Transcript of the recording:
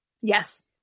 Yes